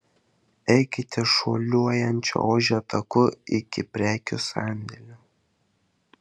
eikite šuoliuojančio ožio taku iki prekių sandėlių